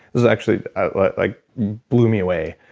this actually like like blew me away.